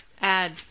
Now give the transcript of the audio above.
add